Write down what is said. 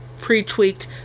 pre-tweaked